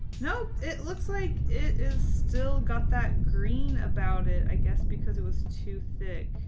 nope. it looks like it is still got that green about it i guess because it was too thick.